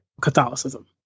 Catholicism